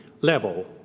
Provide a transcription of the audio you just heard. level